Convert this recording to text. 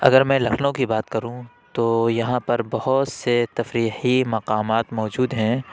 اگر میں لکھنؤ کی بات کروں تو یہاں پر بہت سے تفریحی مقامات موجود ہیں